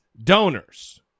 donors